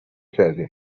کردیم